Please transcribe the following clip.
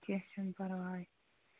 کیٚنہہ چھُنہٕ پَرواے